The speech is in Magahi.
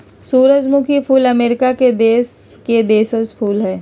सूरजमुखी फूल अमरीका देश के देशज फूल हइ